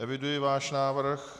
Eviduji váš návrh.